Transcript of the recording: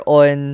on